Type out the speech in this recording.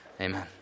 Amen